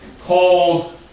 cold